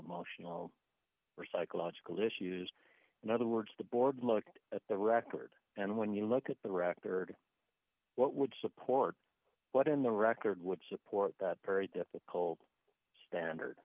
emotional or psychological issues in other words the board looked at the record and when you look at the record what would support what in the record would support that very difficult standard